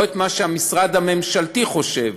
לא את מה שהמשרד הממשלתי חושב.